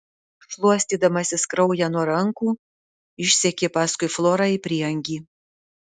šluostydamasis kraują nuo rankų išsekė paskui florą į prieangį